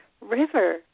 river